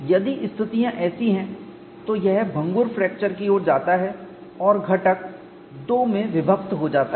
यदि स्थितियां ऐसी हैं तो यह भंगुर फ्रैक्चर की ओर जाता है और घटक दो में विभक्त हो जाता है